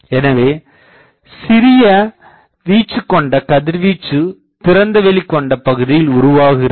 எனவே சிறிய வீச்சுக்கொண்ட கதிர்வீச்சு திறந்த வெளிக்கொண்ட பகுதியில் உருவாகிறது